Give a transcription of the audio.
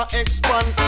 expand